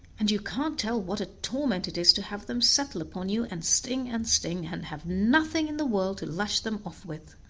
and you can't tell what a torment it is to have them settle upon you and sting and sting, and have nothing in the world to lash them off with.